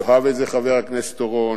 יאהב את זה חבר הכנסת אורון,